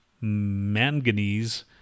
manganese